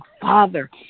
Father